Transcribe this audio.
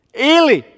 Eli